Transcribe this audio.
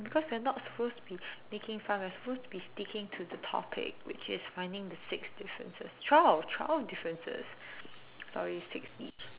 because we are not supposed to be making fun we are supposed to be sticking to the topic which is finding the six differences twelve twelve differences sorry six each